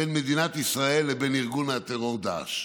בין מדינת ישראל לבין ארגון הטרור דאעש.